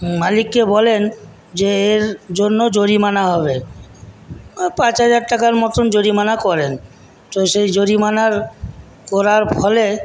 মালিককে বলেন যে এর জন্য জরিমানা হবে পাঁচ হাজার টাকার মতন জরিমানা করেন তো সেই জরিমানা করার ফলে